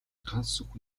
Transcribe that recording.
гансүх